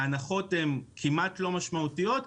ההנחות כמעט לא משמעותיות.